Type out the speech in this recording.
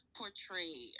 portray